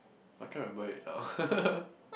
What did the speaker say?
I can't remember it now